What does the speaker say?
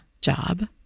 job